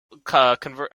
prevent